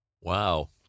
Wow